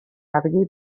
argi